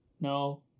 No